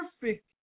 perfect